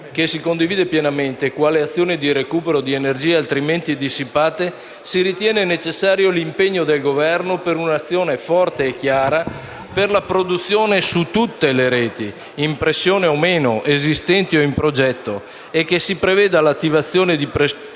che si condivide pienamente quale azione di recupero di energia altrimenti dissipate, si ritiene necessario l’impegno del Governo per un’azione forte e chiara per la produzione su tutte le reti, in pressione o no, esistenti o in progetto. E si prevede l’approvazione di percorsi